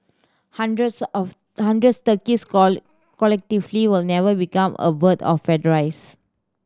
hundreds of hundreds turkeys collectively will never become a bird of paradise